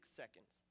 seconds